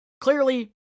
Clearly